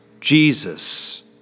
Jesus